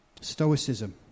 Stoicism